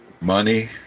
Money